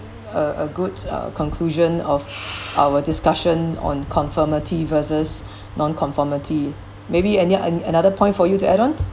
a a good uh conclusion of our discussion on conformity versus nonconformity maybe any an~ another point for you to add on